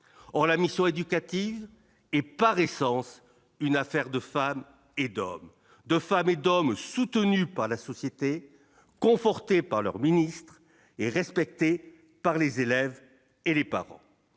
or la mission éducative est par essence une affaire de femmes et d'hommes, de femmes et d'hommes, soutenus par la société confortés par leur ministre et respectées par les élèves et les parents